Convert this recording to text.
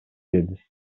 деди